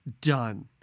Done